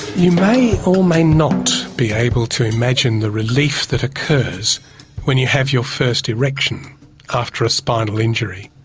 you may or may not be able to imagine the relief that occurs when you have your first erection after a spinal injury.